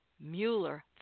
Mueller